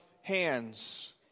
hands